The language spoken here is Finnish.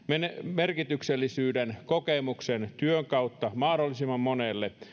merkityksellisyyden kokemuksen työn kautta mahdollisimman monelle